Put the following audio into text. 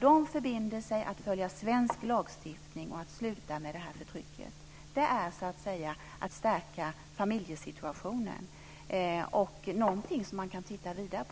som förbinder sig att följa svensk lagstiftning och sluta med förtrycket. Det är att stärka familjesituationen, och något som man kan titta vidare på.